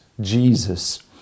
Jesus